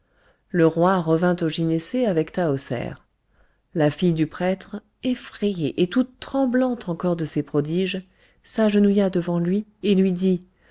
le roi revint au gynécée avec tahoser la fille du prêtre effrayée et toute tremblante encore de ces prodiges s'agenouilla devant lui et lui dit